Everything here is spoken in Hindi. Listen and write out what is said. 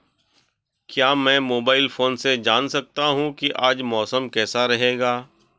क्या मैं मोबाइल फोन से जान सकता हूँ कि आज मौसम कैसा रहेगा?